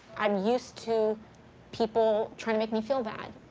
i'm used to people trying to make me feel bad.